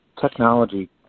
Technology